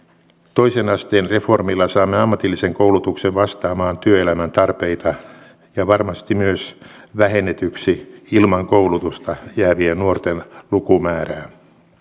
toisen asteen reformilla saamme ammatillisen koulutuksen vastaamaan työelämän tarpeita ja varmasti myös vähennetyksi ilman koulutusta jäävien nuorten lukumäärää